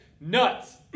nuts